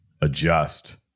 adjust